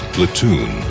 Platoon